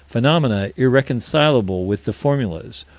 phenomena irreconcilable with the formulas,